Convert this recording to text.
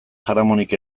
jaramonik